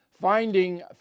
Finding